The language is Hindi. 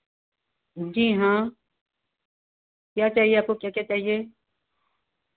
जी हाँ क्या चाहिए आपको क्या क्या चाहिए